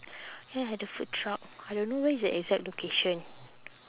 ya the food truck I don't know where is the exact location